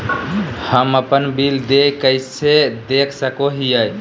हम अपन बिल देय कैसे देख सको हियै?